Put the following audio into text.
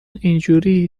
اینجوری